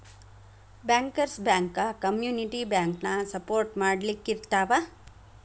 bankers bank community ಬ್ಯಾಂಕನ support ಮಾಡ್ಲಿಕ್ಕಿರ್ತಾವ